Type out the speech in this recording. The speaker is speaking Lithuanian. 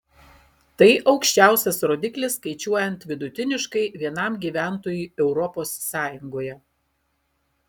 tai aukščiausias rodiklis skaičiuojant vidutiniškai vienam gyventojui europos sąjungoje